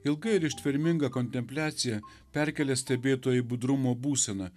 ilga ir ištverminga kontempliacija perkelia stebėtoją į budrumo būseną